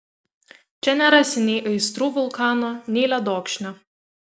čia nerasi nei aistrų vulkano nei ledokšnio